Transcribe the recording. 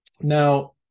now